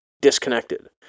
disconnected